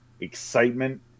excitement